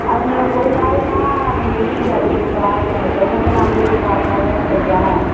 ஆமாம் மேடம் ஒரு நாள்னால் நம்ம வெயிட்டிங் சார்ஜ் கொடுக்கலாம் இப்போ நம்ம சொல்கிறதே நான் வந்து ஒரு பாதி நாள்தானே சொல்கிறேன்